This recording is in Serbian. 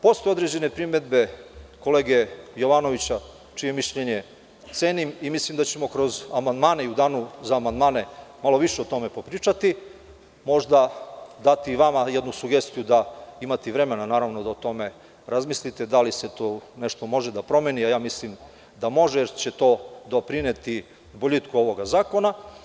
Postoje određene primedbe kolege Jovanovića, čije mišljenje cenim i mislim da ćemo kroz amandmane i u danu za amandmane malo više o tome popričati, možda dati i vama jednu sugestiju da imate i vremena da o tome razmislite, da li tu može nešto da se promeni, a ja mislim da može, jer će to doprineti boljitku ovog zakona.